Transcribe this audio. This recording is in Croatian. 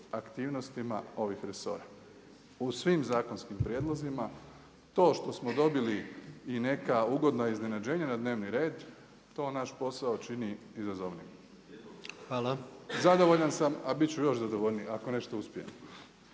aktivnostima ovih resora, u svim zakonskim prijedlozima. To što smo dobili i neka ugodna iznenađenja na dnevni red, to naš posao čini izazovnijim. Zadovoljan sam a biti ću još zadovoljniji ako nešto uspijem.